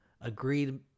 agreed